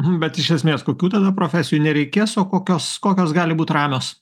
hm bet iš esmės kokių tada profesijų nereikės o kokios kokios gali būt ramios